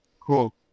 Cool